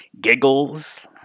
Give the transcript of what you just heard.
Giggles